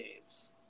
games